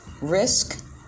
Risk